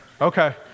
Okay